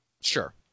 Sure